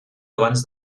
abans